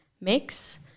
mix